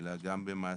אלא גם במעשים.